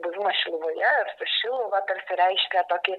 buvimas šiluvoje ir šiluva tarsi reiškia tokį